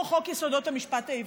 כמו חוק יסודות המשפט העברי,